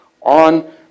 on